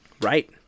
Right